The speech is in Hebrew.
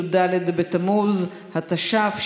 י"ד בתמוז התש"ף,